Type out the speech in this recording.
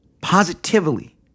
positively